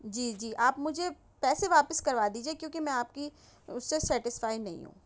جی جی آپ مجھے پیسے واپس کروا دیجئے کیونکہ میں آپ کی اس سے سیٹسفائی نہیں ہوں